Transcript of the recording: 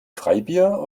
freibier